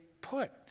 put